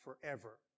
forever